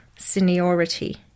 seniority